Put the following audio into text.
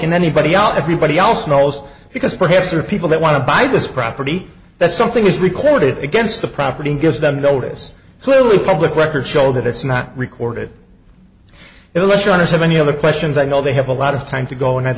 and anybody else everybody else knows because perhaps or people that want to buy this property that something is recorded against the property gives them notice clearly public records show that it's not recorded electronics have any other questions i know they have a lot of time to go and i'd